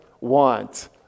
want